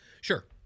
Sure